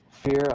fear